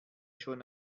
schon